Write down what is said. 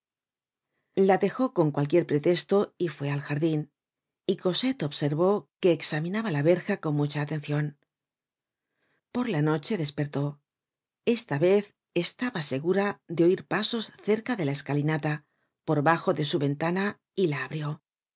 la dejó con cualquier pretesto y fué al jardin y cosette observó que examinaba la verja con mucha atencion por la noche despertó esta vez estaba segura de oir pasos cerca de la escalinata por bajo de su ventana y la abrió